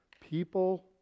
People